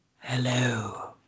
Hello